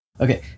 Okay